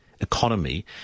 economy